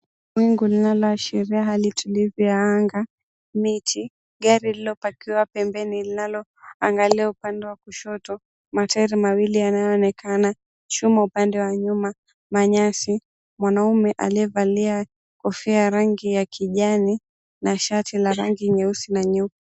Wingu linaloashiria hali utulivu ya hanga, miti, gari lililopakiwa pembeni linaloangalia upande wa kushoto, matairi mawili yanayo onekana kuchomwa upande wa nyuma, manyasi, mwanaume aliyevalia kofia ya rangi ya kijani na shati la rangi nyeusi na nyeupe.